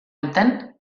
duten